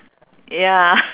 ya